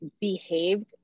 behaved